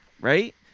right